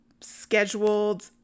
scheduled